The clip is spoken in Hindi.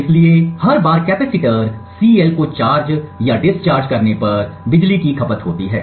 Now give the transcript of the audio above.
इसलिए हर बार कैपेसिटर सीएल को चार्ज या डिस्चार्ज करने पर बिजली की खपत होती है